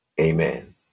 Amen